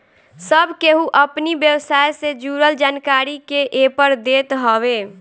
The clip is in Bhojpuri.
सब केहू अपनी व्यवसाय से जुड़ल जानकारी के एपर देत हवे